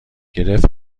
گرفت